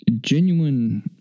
genuine